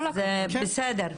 אז בסדר.